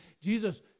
Jesus